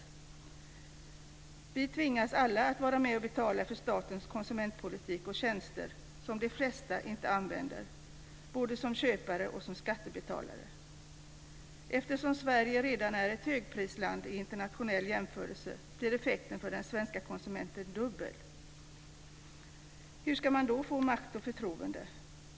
Vi tvingas alla, både som köpare och som skattebetalare, att vara med och betala för statens konsumentpolitik och för tjänster som de flesta inte använder. Eftersom Sverige redan är ett högprisland i internationell jämförelse blir effekten för den svenska konsumenten dubbel. Hur ska man då få makt och förtroende?